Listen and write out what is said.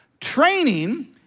Training